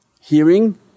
Hearing